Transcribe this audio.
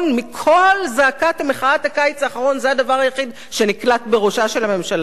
מכל זעקת מחאת הקיץ האחרון זה הדבר היחיד שנקלט בראשה של הממשלה הזאת,